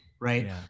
right